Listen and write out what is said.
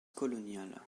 coloniales